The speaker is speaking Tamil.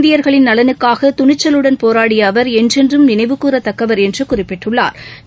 இந்தியர்களின் நலனுக்காக துணிச்சலுடன் போராடிய அவர் என்றென்றும் நினைவுகூறத்தக்கவர் என்று குறிப்பிட்டுள்ளா்